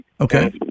Okay